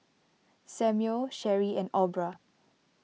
Samuel Cherie and Aubra